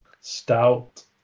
stout